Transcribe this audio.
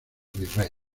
virrey